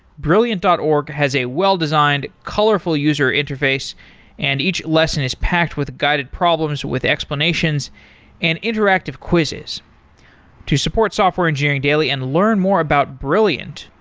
brilliant dot org has a well-designed, colorful user interface and each lesson is packed with guided problems, with explanations and interactive quizzes to support software engineering daily and learn more about brilliant,